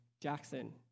Jackson